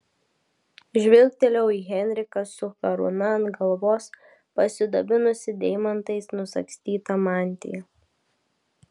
žvilgtelėjau į henriką su karūna ant galvos pasidabinusį deimantais nusagstyta mantija